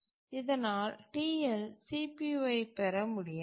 இதனால் TL CPU ஐப் பெற முடியாது